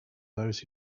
those